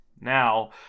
Now